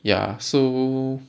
ya so